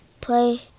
play